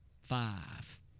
Five